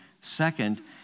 second